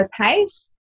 pace